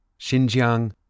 Xinjiang